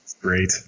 Great